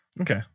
Okay